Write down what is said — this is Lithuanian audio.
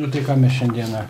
nu tai ką mes šiandieną